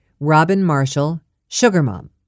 robinmarshallsugarmom